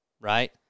right